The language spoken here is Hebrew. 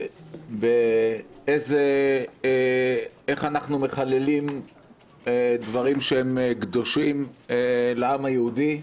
באופן שבו אנחנו מחללים דברים שהם קדושים לעם היהודי,